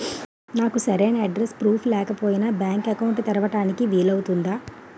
నాకు సరైన address proof లేకపోయినా బ్యాంక్ అకౌంట్ తెరవడానికి వీలవుతుందా?